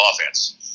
offense